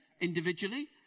individually